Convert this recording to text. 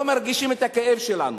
לא מרגישים את הכאב שלנו.